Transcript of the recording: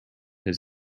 his